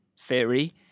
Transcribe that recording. theory